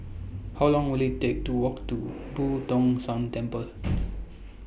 How Long Will IT Take to Walk to Boo Tong San Temple